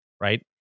right